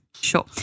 Sure